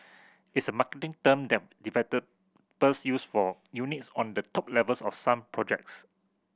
it's a marketing term that use for units on the top levels of some projects